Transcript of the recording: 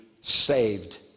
saved